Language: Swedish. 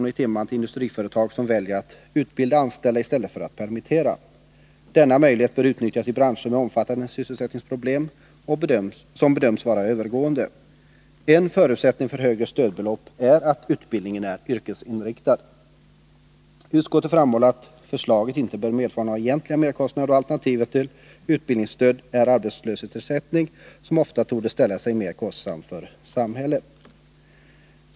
i timmen till industriföretag som väljer att utbilda anställda i stället för att permittera. Denna möjlighet bör utnyttjas i branscher med omfattande sysselsättningsproblem som bedöms vara övergående. En förutsättning för ett högre stödbelopp är att utbildningen är yrkesinriktad. Utskottet framhåller att förslaget inte bör medföra några egentliga merkostnader, då alternativet till utbildningsstöd är arbetslöshetsersättning, som ofta torde ställa sig mer kostsam för samhället.